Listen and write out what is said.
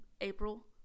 April